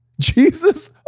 Jesus